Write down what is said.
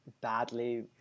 badly